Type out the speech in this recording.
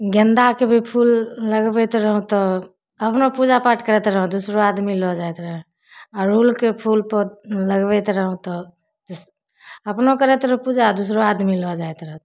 गेन्दाके भी फूल लगबैत रहौँ तऽ अपनो पूजा पाठ करैत रहौँ दोसरो आदमी लऽ जाइत रहै अड़हुलके फूल लगबैत रहौँ तऽ अपनहु करैत रहौँ पूजा दोसरो आदमी लऽ जाइत रहै